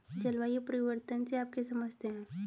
जलवायु परिवर्तन से आप क्या समझते हैं?